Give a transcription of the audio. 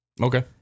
Okay